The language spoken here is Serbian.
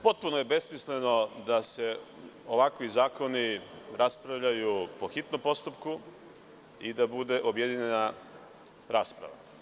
Potpuno je besmisleno da se ovakvi zakoni raspravljaju po hitnom postupku i da bude objedinjena rasprava.